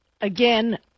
again